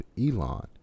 Elon